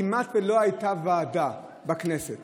כמעט שלא הייתה בו ועדה בכנסת